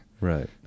right